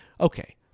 Okay